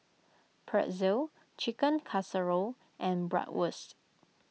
Pretzel Chicken Casserole and Bratwurst